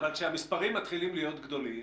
אבל כשהמספרים מתחילים להיות גדולים,